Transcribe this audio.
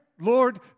Lord